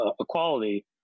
equality